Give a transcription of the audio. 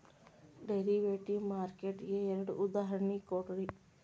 derivative market ಗೆ ಎರಡ್ ಉದಾಹರ್ಣಿ ಕೊಡ್ರಿ